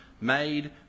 made